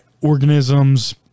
organisms